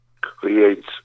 creates